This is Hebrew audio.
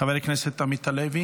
חבר הכנסת עמית הלוי,